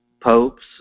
popes